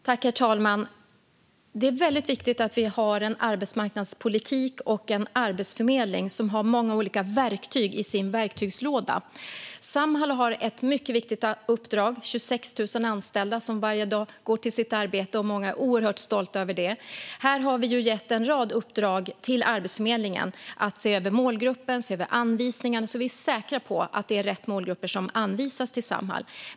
Herr talman! Det är viktigt att vi har en arbetsmarknadspolitik och en arbetsförmedling som har många olika verktyg i sin verktygslåda. Samhall har ett mycket viktigt uppdrag. Varje dag går 26 000 anställda till sitt arbete, och många är oerhört stolta över det. Vi har gett en rad uppdrag till Arbetsförmedlingen att se över målgruppen och anvisningen så att vi är säkra på att det är rätt målgrupper som anvisas till Samhall.